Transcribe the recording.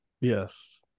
Yes